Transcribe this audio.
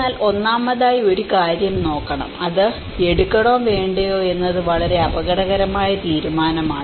എന്നാൽ ഒന്നാമതായി ഒരു കാര്യം നോക്കണം അത് എടുക്കണോ വേണ്ടയോ എന്നത് വളരെ അപകടകരമായ തീരുമാനമാണ്